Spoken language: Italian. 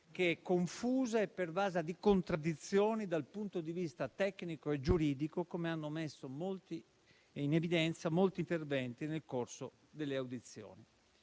che confusa e pervasa di contraddizioni dal punto di vista tecnico e giuridico, come hanno messo in evidenza molti interventi nel corso delle audizioni.